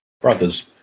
Brothers